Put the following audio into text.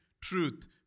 truth